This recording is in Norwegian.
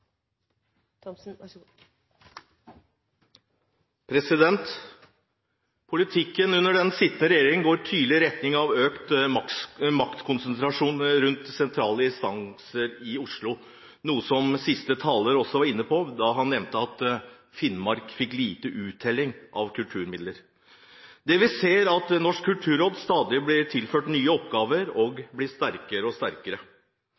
Politikken under den sittende regjering går tydelig i retning av økt maktkonsentrasjon rundt sentrale instanser i Oslo, noe siste taler også var inne på, da han nevnte at Finnmark fikk lite uttelling når det gjaldt kulturmidler. Det vi ser, er at Norsk kulturråd stadig blir tilført nye oppgaver og blir sterkere og sterkere.